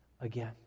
again